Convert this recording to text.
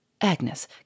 Agnes